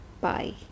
bye